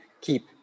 keep